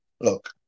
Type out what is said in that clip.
Look